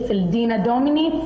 אצל דינה דומיניץ,